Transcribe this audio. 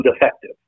defective